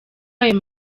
ayo